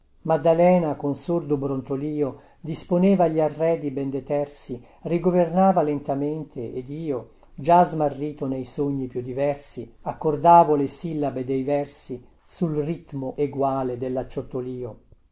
maddalena con sordo brontolio disponeva gli arredi ben detersi rigovernava lentamente ed io già smarrito nei sogni più diversi accordavo le sillabe dei versi sul ritmo eguale